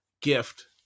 gift